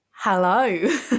hello